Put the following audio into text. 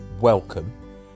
welcome